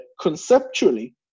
conceptually